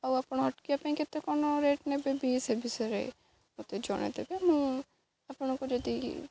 ଆଉ ଆପଣ ଅଟକିବା ପାଇଁ କେତେ କ'ଣ ରେଟ୍ ନେବେ ବିି ସେ ବିଷୟରେ ମୋତେ ଜଣାଇଦେବେ ମୁଁ ଆପଣଙ୍କୁ ଯଦି